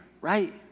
right